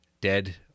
dead